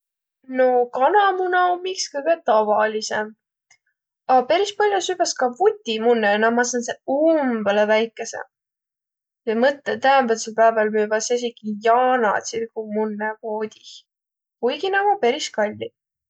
No kanamuna om iks kõgõ tavalisõmb. A peris pall'o süvväs ka vutimunnõ. Na ommaq sääntseq umbõlõ väikeseq. Ja mõtlõ täämbädsel pääväl müvväs esiki jaanatsirgu munnõ poodih. Kuigi na ommaq peris kalliq.